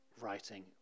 writing